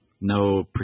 no